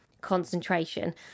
concentration